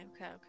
okay